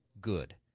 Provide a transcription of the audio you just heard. good